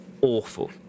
awful